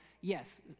yes